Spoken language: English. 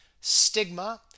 stigma